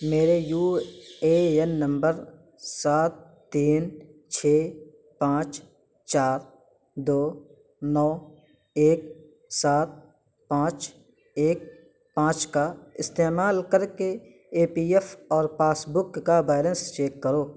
میرے U A N number سات تین چھ پانچ چار دو نو ایک سات پانچ ایک پانچ کا استعمال کر کے اے پی ایف اور پاس بک کا بیلنس چیک کرو